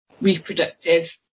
reproductive